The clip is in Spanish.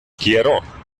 quiero